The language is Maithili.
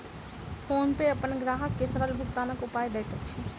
फ़ोनपे अपन ग्राहक के सरल भुगतानक उपाय दैत अछि